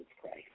Christ